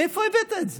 מאיפה הבאת את זה?